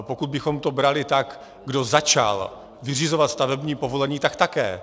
Pokud bychom to brali tak, kdo začal vyřizovat stavební povolení, tak také.